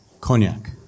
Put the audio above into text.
cognac